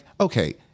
okay